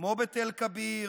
כמו בתל כביר,